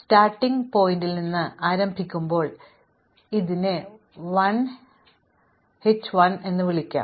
ഉറവിട ശീർഷകത്തിൽ നിന്ന് ആരംഭിക്കുമ്പോൾ അതിനെ 1 ഹിച്ച് 1 എന്ന് വിളിക്കാം